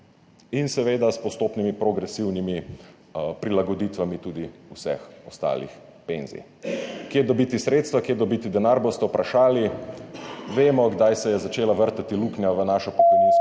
in seveda s postopnimi progresivnimi prilagoditvami tudi vseh ostalih penzij. Kje dobiti sredstva, kje dobiti denar, boste vprašali. Vemo, kdaj se je začela vrtati luknja v našo pokojninsko